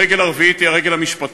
הרגל הרביעית היא הרגל המשפטית.